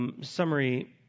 summary